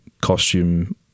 costume